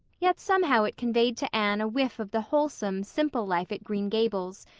yet somehow it conveyed to anne a whiff of the wholesome, simple life at green gables,